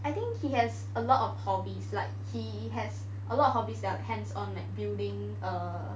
I think he has a lot of hobbies like he has a lot of hobbies that are hands on like building err